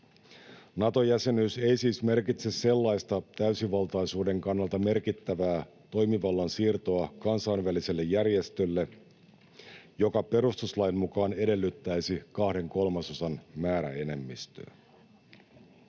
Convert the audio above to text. Nato-jäsenyys ei siis merkitse sellaista täysivaltaisuuden kannalta merkittävää toimivallan siirtoa kansainväliselle järjestölle, joka perustuslain mukaan edellyttäisi kahden kolmasosan määräenemmistöä.